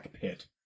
pit